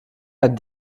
ein